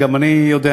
וגם אני יודע,